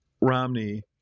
Romney